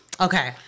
Okay